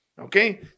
Okay